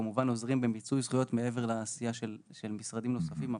כמובן עוזרים במיצוי זכויות מעבר לעשייה של משרדים נוספים.